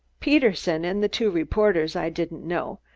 pederson and the two reporters i didn't know,